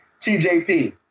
TJP